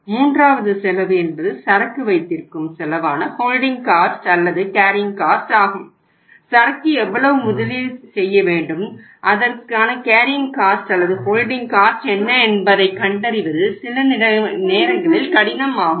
மூன்றாவது செலவு என்பது சரக்கு வைத்திருக்கும் செலவான ஹோல்டிங் காஸ்ட் என்ன என்பதைக் கண்டறிவது சில நேரங்களில் கடினம் ஆகும்